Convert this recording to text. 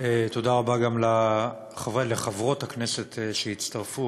תודה רבה גם לחברות הכנסת שהצטרפו,